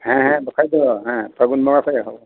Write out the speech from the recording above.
ᱦᱮᱸ ᱦᱮᱸ ᱵᱟᱠᱷᱟᱱ ᱫᱚ ᱦᱮᱸ ᱯᱷᱟᱹᱜᱩᱱ ᱵᱚᱸᱜᱟ ᱠᱷᱚᱱ ᱮᱦᱚᱵ ᱦᱮᱸ